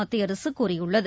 மத்திய அரசு கூறியுள்ளது